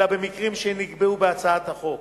אלא במקרים שנקבעו בהצעת החוק.